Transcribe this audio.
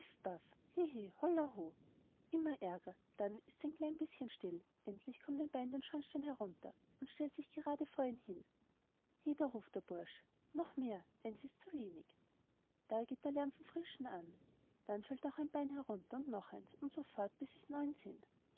immer ärger dann ists ein klein bischen still endlich kommt ein bein den schornstein herunter und stellt sich gerade vor ihn hin heda ruft der bursch noch mehr eins ist zu wenig da geht der lärm von frischem an dann fällt noch ein bein herunter und noch eins und so fort bis ein neun